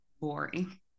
boring